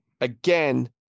Again